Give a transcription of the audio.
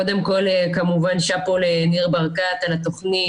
קודם כל כמובן שאפו לניר ברקת על התוכנית,